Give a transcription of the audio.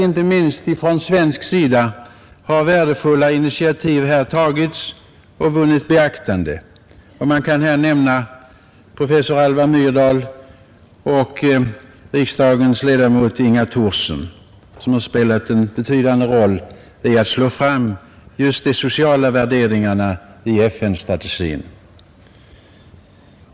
Inte minst från svensk sida har värdefulla initiativ här tagits och vunnit beaktande — man kan nämna professor Gunnar Myrdal och riksdagsledamoten Inga Thorsson som spelat en betydande roll i att slå fram just de sociala värderingarna i FN-strategin.